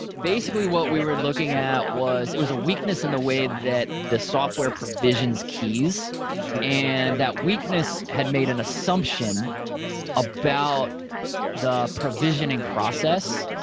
basically what we were looking at was it was a weakness in the way that the software provisions keys and that weakness had made an assumption about the provisioning process.